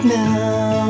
now